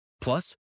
Plus